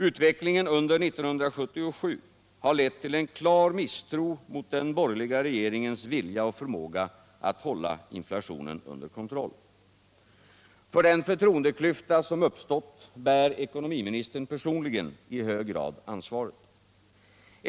Utvecklingen under 1977 har lett till en klar misstro mot den borgerliga regeringens vilja och förmåga att hålla inflationen under kontroll. För den förtroendeklyfta som uppstått bär ekonomiministern personligen i hög grad ansvaret.